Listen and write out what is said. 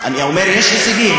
אני אומר: יש הישגים,